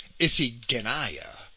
Iphigenia